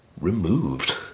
removed